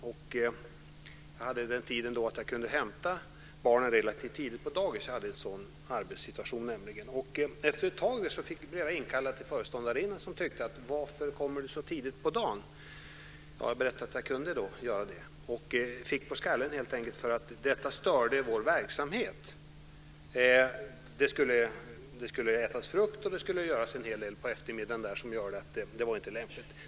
Jag hade på den tiden en sådan arbetssituation att jag kunde hämta barnet relativt tidigt på dagen. Efter ett tag blev jag inkallad till föreståndarinnan som frågade: Varför kommer du så tidigt på dagen? Jag berättade att jag kunde göra det. Jag fick helt enkelt på skallen för att det störde verksamheten. Det skulle ätas frukt, och det skulle göras en hel del på eftermiddagen som gjorde att det inte var lämpligt.